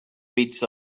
bits